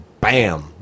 bam